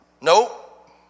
Nope